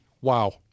wow